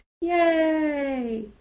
yay